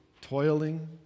toiling